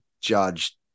judge